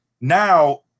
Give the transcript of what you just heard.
now